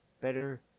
better